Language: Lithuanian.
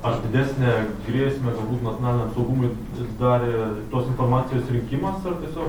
ar didesnę grėsmę galbūt nacionaliniam saugumui darė tos informacijos rinkimas ar tiesiog